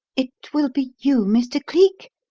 it will be you, mr. cleek?